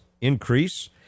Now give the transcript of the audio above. increase